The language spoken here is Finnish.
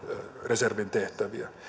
reservin tehtäviä